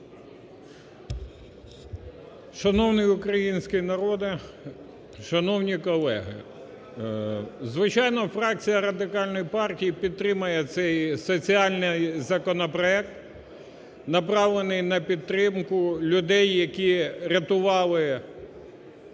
Шановний український народе! Шановні колеги! Звичайно, фракція Радикальної партії підтримає цей соціальний законопроект направлений на підтримку людей, які рятували